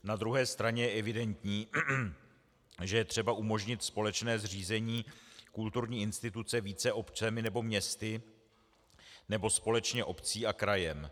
Na druhé straně je evidentní, že je třeba umožnit společné zřízení kulturní instituce více občany nebo městy nebo společně obcí a krajem.